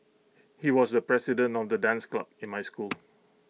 he was the president of the dance club in my school